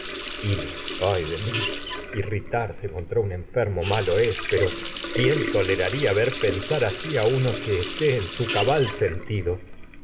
esté ay de mi irritarse ver contra un enfermo a uno es pero quién toleraría sentido pensar así que en su cabal